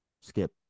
skip